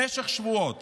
במשך שבועות